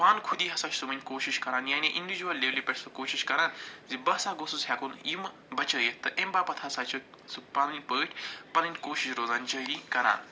پانہٕ خُدی ہَسا چھِ وٕںۍ کوٗشش کَران یعنی اِنڈیٖجول لیولہِ پٮ۪ٹھ سُہ کوٗشش کَران زِ بَہ سا گوٚژھُس ہٮ۪کُن یِمہٕ بچٲیِتھ تہِ اَمہِ باپتھ ہَسا چھِ سُہ پٕنٕنۍ پٲٹھۍ پنٕںۍ کوٗشش روزان جٲری کَران